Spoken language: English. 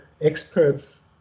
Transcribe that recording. experts